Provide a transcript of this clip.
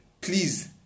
Please